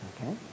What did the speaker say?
Okay